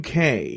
UK –